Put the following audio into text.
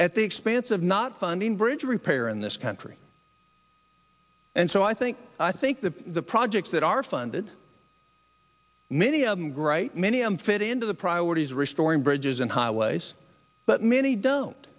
the expense of not funding bridge repair in this country and so i think i think that the projects that are funded many of them great many i'm fit into the priorities of restoring bridges and highways but many don't